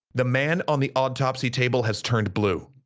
the man on the autopsy table has turned blue.